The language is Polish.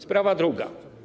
Sprawa druga.